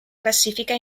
classifica